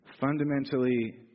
fundamentally